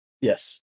Yes